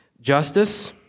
justice